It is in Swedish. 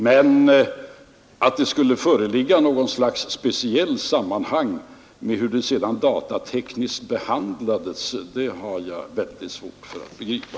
Men att det skulle föreligga något slags speciellt samband med hur det insamlade materialet datatekniskt behandlades har jag väldigt svårt att begripa.